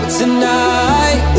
tonight